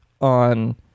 on